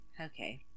Okay